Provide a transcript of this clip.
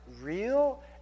real